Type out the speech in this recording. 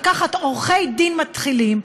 עדיף לקחת עורכי דין מתחילים,